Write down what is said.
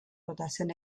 rotación